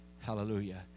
Hallelujah